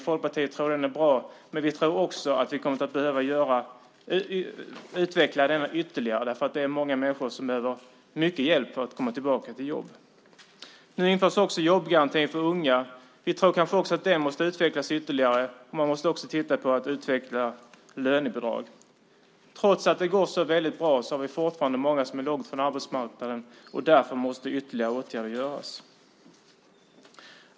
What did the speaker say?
Folkpartiet tror att den är bra, men vi tror också att vi kommer att behöva utveckla den ytterligare eftersom det är många människor som behöver mycket hjälp för att komma tillbaka till jobb. Nu införs också jobbgarantin för unga. Den måste kanske också utvecklas ytterligare. Man måste också titta på att utveckla lönebidrag. Trots att det går så bra har vi fortfarande många som är långt från arbetsmarknaden. Därför måste ytterligare åtgärder göras.